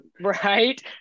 Right